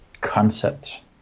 concept